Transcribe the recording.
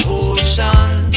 ocean